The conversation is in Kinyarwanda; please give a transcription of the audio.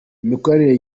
imikoranire